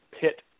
pit